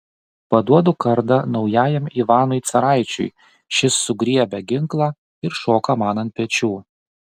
paduodu kardą naujajam ivanui caraičiui šis sugriebia ginklą ir šoka man ant pečių